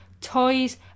toys